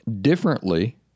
differently